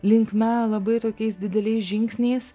linkme labai tokiais dideliais žingsniais